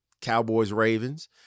Cowboys-Ravens